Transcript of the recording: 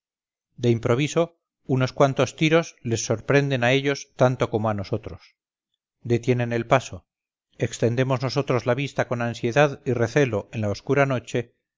de improviso unos cuantos tiros les sorprenden a ellos tanto como a nosotros detienen el paso extendemos nosotros la vista con ansiedad y recelo en la oscura noche